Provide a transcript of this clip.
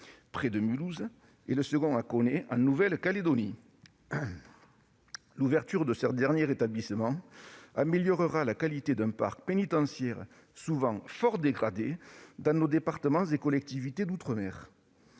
près de Mulhouse, et à Koné, en Nouvelle-Calédonie. L'ouverture de ce dernier établissement améliorera la qualité d'un parc pénitentiaire souvent fort dégradé dans nos départements et collectivités d'outre-mer.